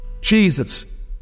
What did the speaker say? Jesus